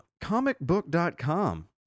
comicbook.com